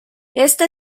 esta